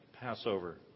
Passover